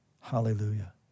Hallelujah